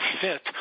fit